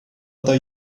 other